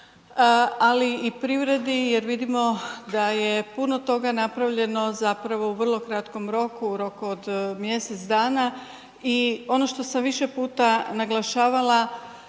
ali i privredi jer vidimo da je puno toga napravljeno zapravo u vrlo kratkom roku, u roku od mjesec dana. I ono što sam više puta naglašavala